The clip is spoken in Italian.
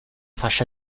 fascia